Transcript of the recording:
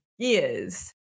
years